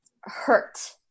hurt